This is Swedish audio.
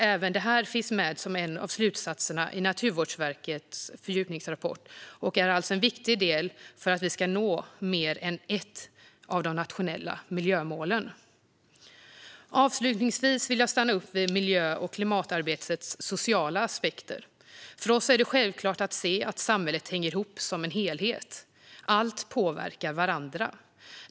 Även detta finns med som en av slutsatserna i Naturvårdsverkets fördjupningsrapport och är alltså en viktig del för att vi ska nå fler än ett av de nationella miljömålen. Avslutningsvis vill jag stanna upp vid miljö och klimatarbetets sociala aspekter. För oss är det självklart att se att samhället hänger ihop som en helhet där alla delar påverkar varandra.